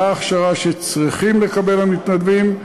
מהי ההכשרה שצריכים לקבל המתנדבים,